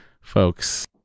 folks